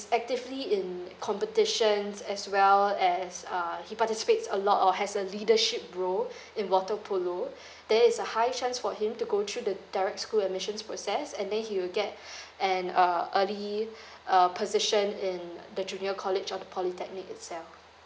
actively in competitions as well as uh he participates a lot or has a leadership role in water polo there is a high chance for him to go through the direct school admissions process and then he will get an uh early uh position in the junior college or the polytechnic itself